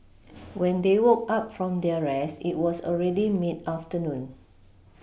when they woke up from their rest it was already mid afternoon